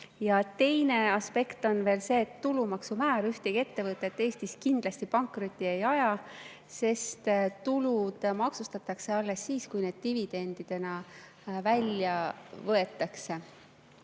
Ja teine aspekt on veel see, et tulumaksumäär ühtegi ettevõtet Eestis kindlasti pankrotti ei aja, sest tulud maksustatakse alles siis, kui need dividendidena välja võetakse.